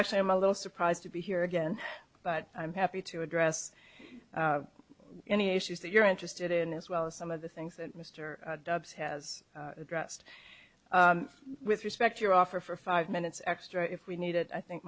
actually i'm a little surprised to be here again but i'm happy to address any issues that you're interested in as well as some of the things that mr dobbs has addressed with respect your offer for five minutes extra if we need it i think